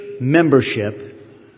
membership